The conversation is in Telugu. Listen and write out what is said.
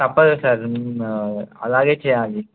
తప్పదు సార్ అలాగే చెయాలి